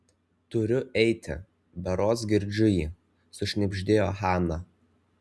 turiu eiti berods girdžiu jį sušnibždėjo hana